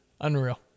Unreal